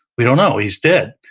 we don't know, he's dead.